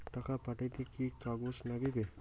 টাকা পাঠাইতে কি কাগজ নাগীবে?